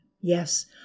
Yes